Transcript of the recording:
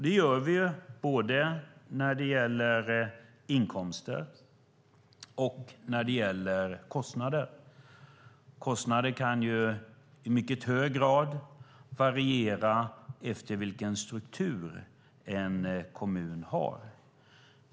Det gör vi både när det gäller inkomster och när det gäller kostnader. Kostnaderna kan i hög grad variera beroende på vilken struktur en kommun har.